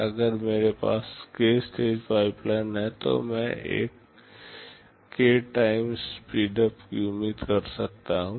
अगर मेरे पास के स्टेज पाइपलाइन है तो मैं के टाइम स्पीडअप की उम्मीद कर सकता हूं